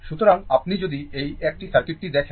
সুতরাং আপনি যদি এই একটি সার্কিটটি দেখেন